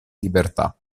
libertà